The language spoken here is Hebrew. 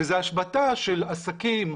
שזה השבתה של עסקים,